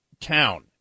town